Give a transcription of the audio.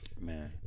man